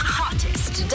hottest